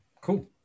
Cool